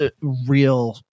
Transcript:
real